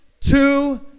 two